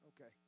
Okay